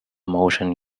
motion